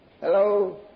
Hello